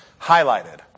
highlighted